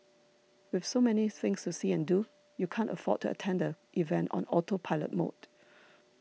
with so many things to see and do you can't afford to attend the event on autopilot mode